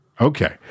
Okay